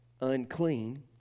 unclean